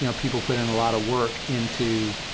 you know people put in a lot of work into,